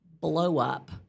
blow-up